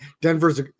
Denver's